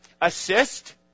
Assist